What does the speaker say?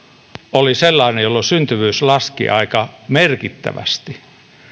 oli sellainen jolloin syntyvyys laski aika merkittävästi